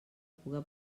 puga